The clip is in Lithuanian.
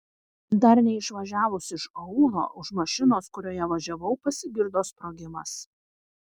dar neišvažiavus iš aūlo už mašinos kurioje važiavau pasigirdo sprogimas